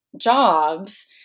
jobs